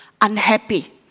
unhappy